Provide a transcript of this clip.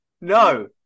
No